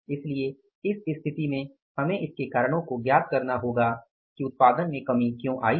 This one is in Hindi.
इसलिए इस स्थिति में हमें इसके कारणों को ज्ञात करना होगा कि उत्पादन में कमी क्यों आई है